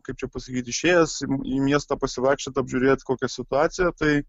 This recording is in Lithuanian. kaip čia pasakyt išėjęs į miestą pasivaikščiot apžiūrėt kokia situacija tai